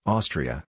Austria